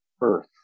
earth